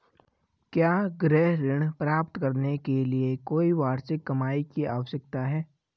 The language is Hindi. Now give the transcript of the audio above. क्या गृह ऋण प्राप्त करने के लिए कोई वार्षिक कमाई की आवश्यकता है?